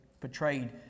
portrayed